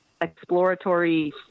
exploratory